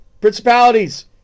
principalities